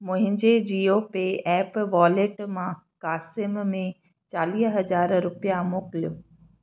मुंहिंजे Jio pay app wallet मां क़ासिम में चालीह हज़ार रुपया मोकिलियो